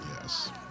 Yes